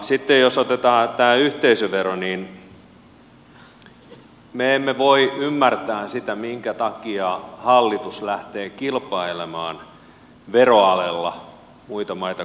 sitten jos otetaan tämä yhteisövero niin me emme voi ymmärtää sitä minkä takia hallitus lähtee kilpailemaan veroalella muita maita kohtaan